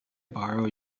borrow